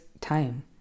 time